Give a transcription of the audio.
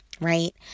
right